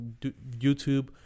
YouTube